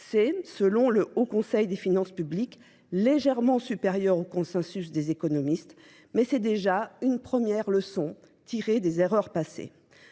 C'est, selon le Haut Conseil des finances publiques, légèrement supérieur au consensus des économistes, mais c'est déjà une première leçon tirée des erreurs passées.